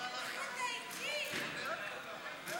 המלצת הוועדה המשותפת של